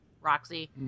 roxy